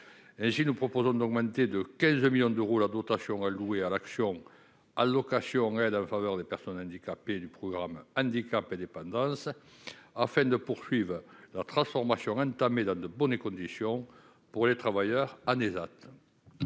et si nous proposons d'augmenter de 15 millions d'euros, la dotation allouée à l'action, allocations, aides en faveur des personnes handicapées du programme Handicap et dépendance afin de poursuivent leur transformation entamée dans de bonnes conditions pour les travailleurs ah